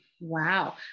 wow